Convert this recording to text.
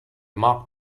mock